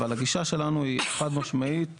אבל הגישה שלנו היא חד משמעית